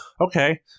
Okay